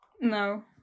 No